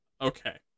Okay